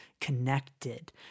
connected